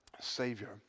Savior